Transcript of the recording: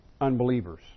unbelievers